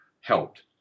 helped